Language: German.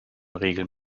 regeln